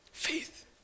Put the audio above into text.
Faith